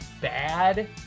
bad